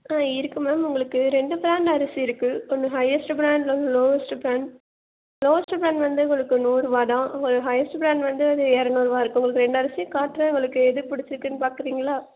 ஆ இருக்குது மேம் உங்களுக்கு ரெண்டு ப்ராண்ட் அரிசி இருக்குது ஒன்று ஹையஸ்ட்டு ப்ராண்ட் ஒன்று லோயஸ்ட்டு ப்ராண்ட் லோயஸ்ட்டு ப்ராண்ட் வந்து உங்களுக்கு நூறுரூவாதான் கொஞ்சம் ஹையஸ்ட்டு ப்ராண்ட் வந்து அது இரநூறுவா ரெண்டு அரிசி காட்டுறேன் உங்களுக்கு எது பிடிச்சிருக்குனு பார்க்குறிங்களா